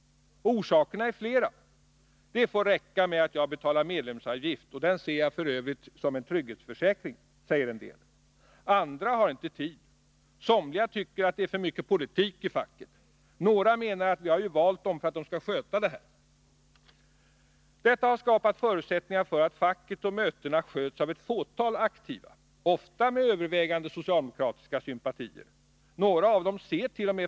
Orsakerna är flera. ”Det får räcka med att jag betalar medlemsavgift, och den ser jag f. ö. som en trygghetsförsäkring”, säger en del. Andra har inte tid. Somliga tycker att det är för mycket politik i facket. Några menar att vi ju har valt dessa personer för att de skall sköta detta. Det här har skapat förutsättningar för att facket och mötena sköts av ett fåtal aktiva, ofta med övervägande socialdemokratiska sympatier. Några av dem sert.o.m.